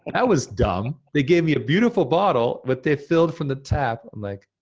and that was dumb. they gave me a beautiful bottle, but they filled from the tap. i'm like,